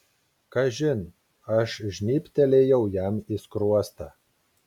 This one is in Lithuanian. kažin aš žnybtelėjau jam į skruostą